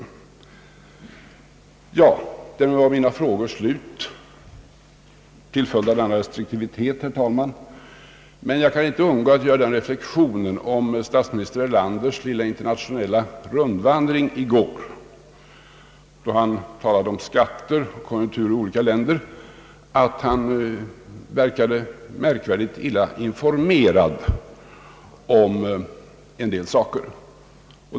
Därmed var det slut med mina frågor på grund av den restriktivitet som åberopats, herr talman! Men jag kan inte undgå att göra den reflexionen med anledning av statsminister Erlanders lilla internationella rundvandring i går, då han talade om skatter och konjunkturer i olika länder, att han verkade märkvärdigt illa informerad om en del saker.